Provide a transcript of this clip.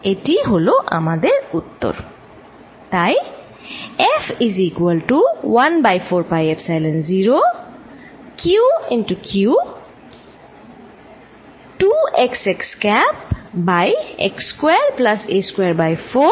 এটি হল আমাদের উত্তর